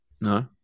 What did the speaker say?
No